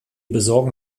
besorgen